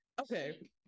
Okay